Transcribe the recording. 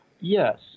Yes